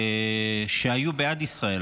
שהיו בעד ישראל,